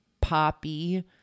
poppy